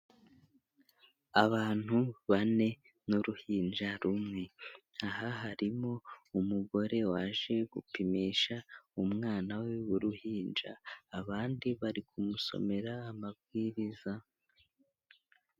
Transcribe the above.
Abantu bane n'uruhinja rumwe, aha harimo umugore waje gupimisha umwana we w'uruhinja, abandi bari kumusomera amabwiriza.